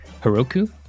Heroku